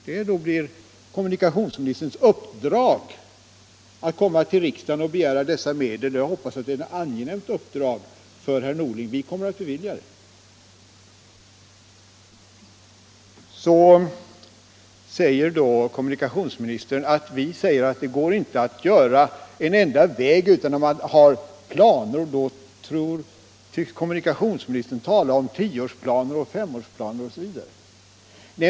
Därvid blir det kommunikationsministerns uppgift att komma till riksdagen och begära medel, och jag hoppas att det är ett angenämt uppdrag för herr Norling. Vi kommer att bevilja medel. Kommunikationsministern säger att vi hävdar att det inte går att göra en enda väg utan att man har planer, och då tycks kommunikationsministern syfta på tioårsplaner, femårsplaner osv.